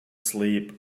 sleep